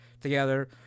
together